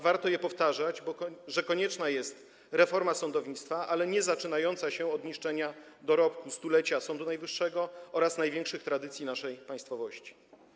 Warto powtarzać, że konieczna jest reforma sądownictwa, ale niezaczynająca się od niszczenia dorobku 100-lecia Sądu Najwyższego oraz największych tradycji naszej państwowości.